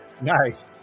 Nice